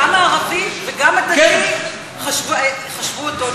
גם הערבי וגם הדתי חשבו אותו דבר.